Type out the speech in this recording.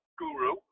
guru